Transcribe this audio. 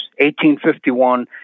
1851